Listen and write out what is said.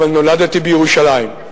אבל נולדתי בירושלים.